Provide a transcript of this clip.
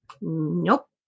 Nope